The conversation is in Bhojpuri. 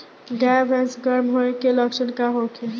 गाय भैंस गर्म होय के लक्षण का होखे?